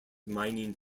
mining